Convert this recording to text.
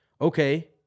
okay